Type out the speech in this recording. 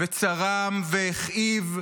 וצרם, והכאיב,